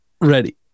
ready